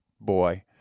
boy